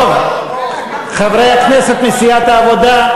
חברי הכנסת מסיעת העבודה,